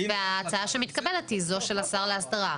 וההצעה שמתקבלת היא זו של השר להסדרה.